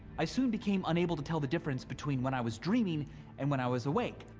i soon became unable to tell the difference between when i was dreaming and when i was awake.